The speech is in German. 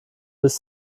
bis